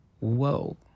Whoa